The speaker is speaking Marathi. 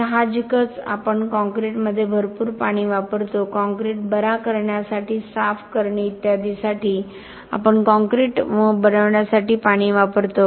साहजिकच आपण कॉंक्रिटमध्ये भरपूर पाणी वापरतो काँक्रीट बरा करण्यासाठी साफ करणे इत्यादीसाठी आपण काँक्रीट बनवण्यासाठी पाणी वापरतो